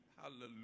Hallelujah